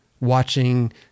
watching